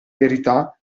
verità